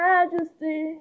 Majesty